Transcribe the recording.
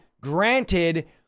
granted